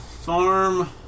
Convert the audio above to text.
Farm